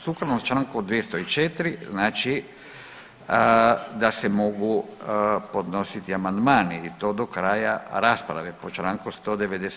Sukladno Članku 204. znači da se mogu podnositi amandmani i to do kraja rasprave po Članku 197.